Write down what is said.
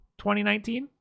2019